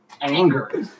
anger